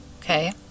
Okay